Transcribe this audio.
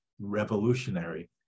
revolutionary